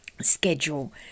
schedule